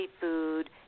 food